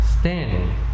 Standing